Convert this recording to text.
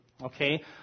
Okay